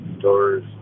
doors